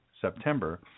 September